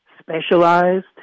specialized